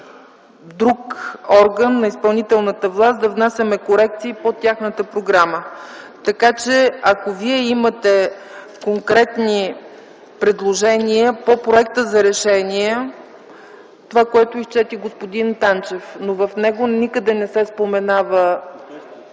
друг орган на изпълнителната власт да внасяме корекции по тяхната програма. Ако Вие имате конкретни предложения по проекта за решение, това, което изчете господин Танчев, но в него никъде не се споменава ...